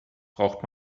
braucht